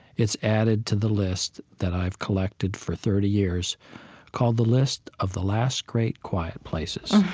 it's added to the list that i've collected for thirty years called the list of the last great quiet places.